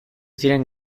ziren